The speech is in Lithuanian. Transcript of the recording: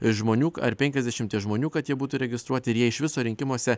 žmonių ar penkiasdešimties žmonių kad jie būtų registruoti ir jie iš viso rinkimuose